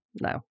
no